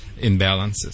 imbalances